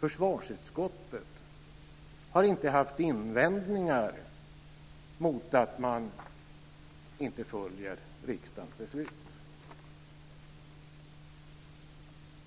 Försvarsutskottet har inte haft några invändningar mot att man inte följer riksdagens beslut,